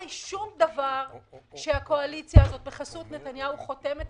הרי שום דבר שהקואליציה בחסות נתניהו חותמת